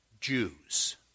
Jews